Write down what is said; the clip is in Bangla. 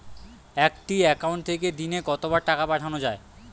একটি একাউন্ট থেকে দিনে কতবার টাকা পাঠানো য়ায়?